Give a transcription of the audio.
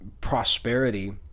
prosperity